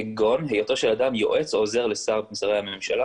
כגון היותו של אדם יועץ או עוזר לשר במשרדי הממשלה,